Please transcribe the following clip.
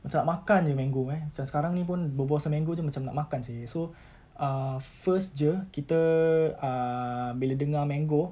macam nak makan jer mango eh macam sekarang ini pun berbual pasal mango jer macam nak makan sahaja so uh first jer kita uh bila dengar mango